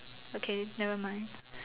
okay nevermind